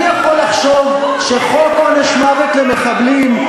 אני יכול לחשוב שחוק עונש מוות למחבלים,